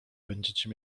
będziecie